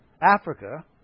Africa